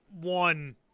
one